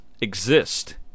exist